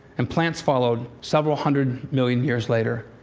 and plants followed several hundred million years later.